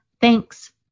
thanks